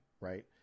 right